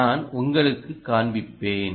நான் உங்களுக்குக் காண்பிப்பேன்